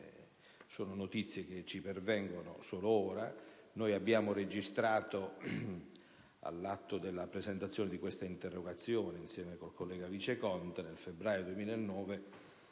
Sono notizie che ci pervengono solo ora. Noi abbiamo registrato, all'atto della presentazione di questa interrogazione insieme con il collega Viceconte nel febbraio 2009,